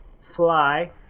fly